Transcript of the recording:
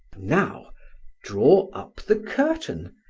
now draw up the curtain,